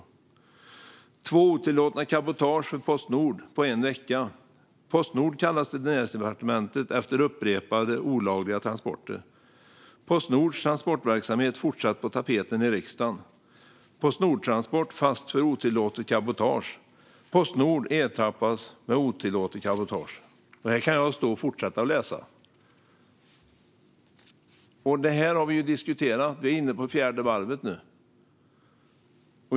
Vidare: "Två otillåtna cabotage för Postnord på en vecka", "Postnord kallas till Näringsdepartementet efter upprepade olagliga transporter", "Postnords transportverksamhet fortsatt på tapeten i riksdagen", "Postnordtransport fast för otillåtet cabotage", "Postnord ertappades med otillåtet cabotage". Här kan jag stå och fortsätta att läsa. Det här har vi diskuterat. Vi är nu inne på fjärde varvet.